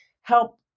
help